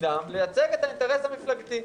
תפקידם לייצג את האינטרס המפלגתי.